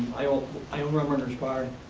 i own i own rumrunners bar.